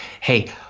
hey